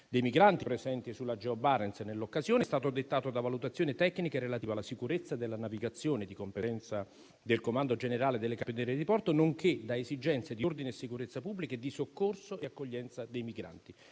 dei migranti presenti sulla Geo Barents nell'occasione è stato dettato da valutazioni tecniche relative alla sicurezza della navigazione di competenza del Comando generale delle Capitanerie di porto, nonché da esigenze di ordine e sicurezza pubblica e di soccorso e accoglienza dei migranti.